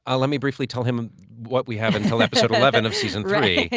ah let me briefly tell him what we have until episode eleven of season three. right,